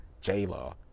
J-Law